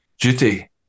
duty